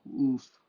oof